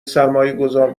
سرمایهگذار